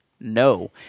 no